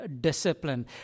discipline